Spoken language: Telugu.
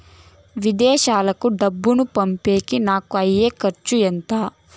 విదేశాలకు డబ్బులు పంపేకి నాకు అయ్యే ఖర్చు ఎంత?